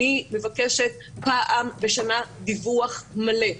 אני מבקשת פעם בשנה דיווח מלא,